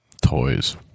Toys